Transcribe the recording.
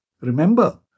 Remember